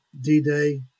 D-Day